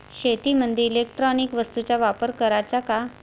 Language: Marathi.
शेतीमंदी इलेक्ट्रॉनिक वस्तूचा वापर कराचा का?